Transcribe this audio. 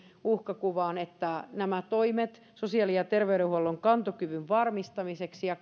uhkakuvaan jotta nämä toimet sosiaali ja terveydenhuollon kantokyvyn varmistamiseksi ja